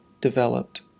developed